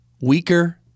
weaker